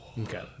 Okay